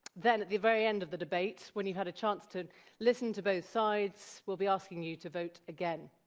then at the very end of the debates, when you've had a chance to listen to both sides, we'll be asking you to vote again.